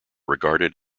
regarded